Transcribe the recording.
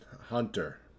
Hunter